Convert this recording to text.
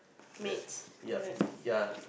ya ya ya